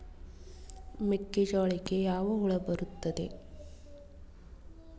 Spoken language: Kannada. ಮೆಕ್ಕೆಜೋಳಕ್ಕೆ ಯಾವ ಹುಳ ಬರುತ್ತದೆ?